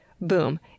Boom